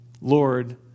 Lord